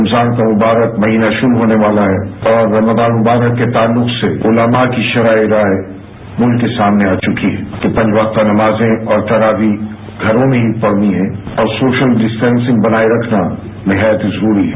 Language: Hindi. रमजान का मुबारक महीना शुरू होने वाला है और रमजान मुबारक के ताल्लुक से उलेमा की शरई राय मुल्क के सामने आ चुकी है कि पांचवक्ता नमाजें और तरावीह घरों में ही पढ़नी है और सोशल डिस्टेंशिंग बनाए रखना निहायत ही जरूरी है